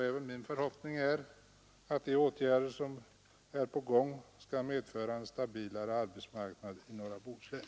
Även min förhoppning är att de åtgärder som är på gång skall medföra en stabilare arbetsmarknad i norra Bohuslän.